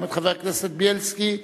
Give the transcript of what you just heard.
גם חבר הכנסת בילסקי,